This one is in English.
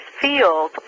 field